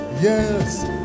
yes